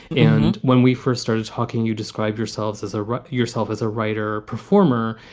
and when we first started talking, you describe yourselves as a yourself as a writer or performer.